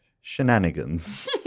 shenanigans